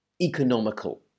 economical